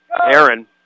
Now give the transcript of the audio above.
Aaron